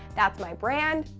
that's my brand,